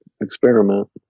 experiment